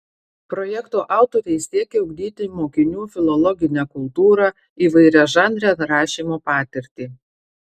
projekto autoriai siekia ugdyti mokinių filologinę kultūrą įvairiažanrę rašymo patirtį